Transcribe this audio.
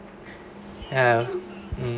ya mm